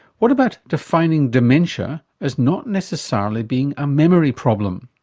what about defining dementia as not necessarily being a memory problem?